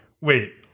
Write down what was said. Wait